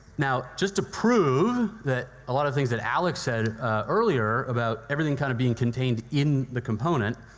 now, just to prove that a lot of things that alex said earlier about everything kind of being contained in the component,